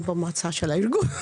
אני במועצה של הארגון.